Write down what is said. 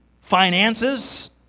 finances